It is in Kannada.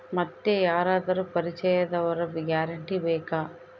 ಮತ್ತೆ ಯಾರಾದರೂ ಪರಿಚಯದವರ ಗ್ಯಾರಂಟಿ ಬೇಕಾ?